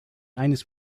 eines